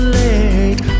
late